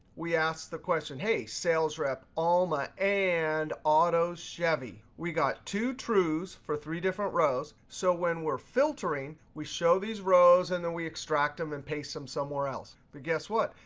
we ask the question, hey sales rep alma and auto chevy. we got two trues for three different rows. so when we're filtering, we show these rows. and then we extract them and paste them somewhere else. but guess what,